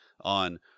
on